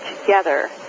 together